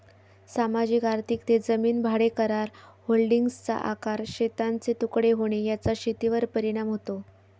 सामाजिक आर्थिक ते जमीन भाडेकरार, होल्डिंग्सचा आकार, शेतांचे तुकडे होणे याचा शेतीवर परिणाम होतो